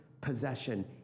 possession